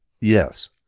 Yes